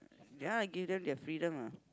ya I give them their freedom ah